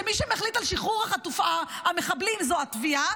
שמי שמחליט על שחרור המחבלים זו התביעה,